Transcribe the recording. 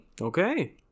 okay